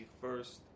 first